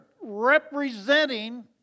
representing